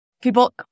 People